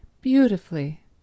beautifully